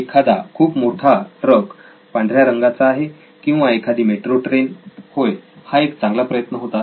एखादा खूप मोठा ट्रक पांढऱ्या रंगाचा आहे किंवा एखादी मेट्रो ट्रेन होय हा एक चांगला प्रयत्न होता